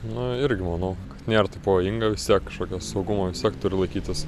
nu irgi manau kad nėr taip pavojinga vis tiek kažkokio saugumo vis tiek turi laikytis